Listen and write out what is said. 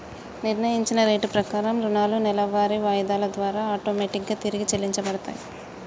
నిర్ణయించిన రేటు ప్రకారం రుణాలు నెలవారీ వాయిదాల ద్వారా ఆటోమేటిక్ గా తిరిగి చెల్లించబడతయ్